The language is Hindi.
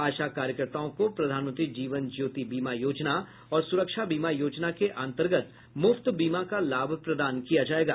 आशा कार्यकर्ताओं को प्रधानमंत्री जीवन ज्योति बीमा योजना और सुरक्षा बीमा योजना के अंतर्गत मुफ्त बीमा का लाभ प्रदान किया जायेगा